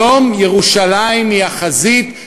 היום ירושלים היא החזית,